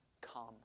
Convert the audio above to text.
come